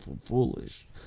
foolish